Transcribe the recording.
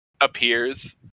appears